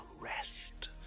rest